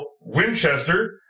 Winchester